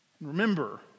Remember